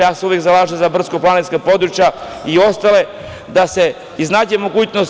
Ja se uvek zalažem za brdsko-planinska područja i ostale, da se iznađe mogućnost.